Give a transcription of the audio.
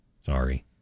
Sorry